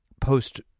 post